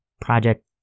Project